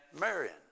Marion